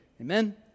Amen